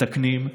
מתקנים,